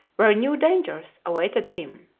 where new dangers awaited him.